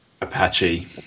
Apache